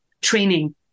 training